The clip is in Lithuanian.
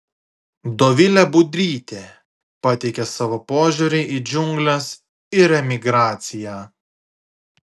dovilė budrytė pateikia savo požiūrį į džiungles ir emigraciją